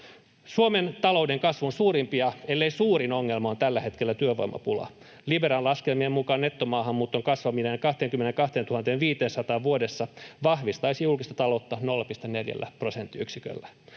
Suomen talouden kasvun suurimpia ellei suurin ongelma on tällä hetkellä työvoimapula. Liberan laskelmien mukaan nettomaahanmuuton kasvaminen 22 500:aan vuodessa vahvistaisi julkista taloutta 0,4 prosenttiyksiköllä.